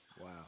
Wow